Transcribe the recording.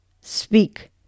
Speak